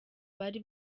bari